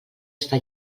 està